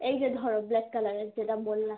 এই যে ধরো ব্ল্যাক কালারের যেটা বললাম